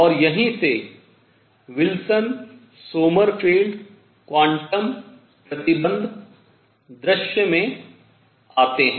और यहीं से विल्सन सोमरफेल्ड क्वांटम शर्तें प्रतिबन्ध दृश्य में आती हैं